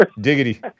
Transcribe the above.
Diggity